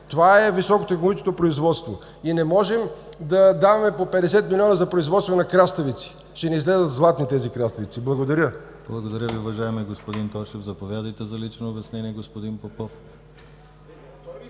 това е високотехнологичното производство! И не можем да даваме по 50 милиона за производство на краставици, ще ни излязат златни тези краставици. Благодаря. ПРЕДСЕДАТЕЛ ДИМИТЪР ГЛАВЧЕВ: Благодаря Ви, уважаеми господин Тошев. Заповядайте за лично обяснение, господин Попов.